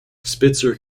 spitzer